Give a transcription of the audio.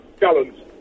gallons